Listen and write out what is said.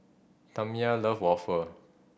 Tamya love waffle